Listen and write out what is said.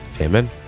Amen